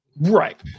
Right